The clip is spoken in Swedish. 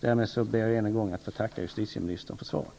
Härmed ber jag än en gång att få tacka justitieministern för svaret.